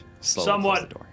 somewhat